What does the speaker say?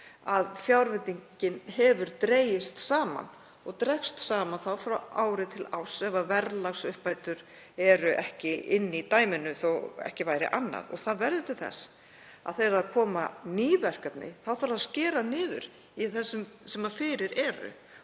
að fjárveitingin hefur dregist saman og dregst saman frá ári til árs ef verðlagsuppbætur eru ekki inni í dæminu, þó ekki væri annað. Það verður til þess að þegar koma ný verkefni þá þarf að skera niður í þeim sem fyrir eru.